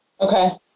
Okay